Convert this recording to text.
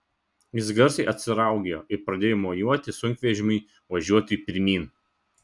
jis garsiai atsiraugėjo ir pradėjo mojuoti sunkvežimiui važiuoti pirmyn